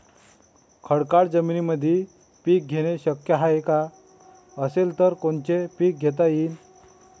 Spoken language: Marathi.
खडकाळ जमीनीमंदी पिके घेणे शक्य हाये का? असेल तर कोनचे पीक घेता येईन?